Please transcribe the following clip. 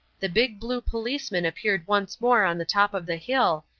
the big, blue policeman appeared once more on the top of the hill,